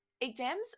exams